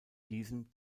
diesem